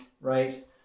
right